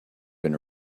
been